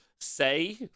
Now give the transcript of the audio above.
say